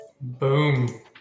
boom